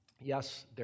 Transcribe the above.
Yes